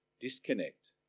disconnect